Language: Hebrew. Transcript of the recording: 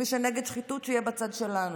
מי שנגד שחיתות, שיהיה בצד שלנו.